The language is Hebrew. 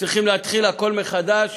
צריכים להתחיל הכול מחדש